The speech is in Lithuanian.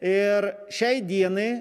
ir šiai dienai